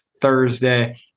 Thursday